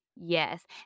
Yes